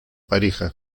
pareja